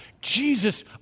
Jesus